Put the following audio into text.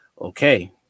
Okay